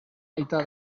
aita